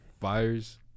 fires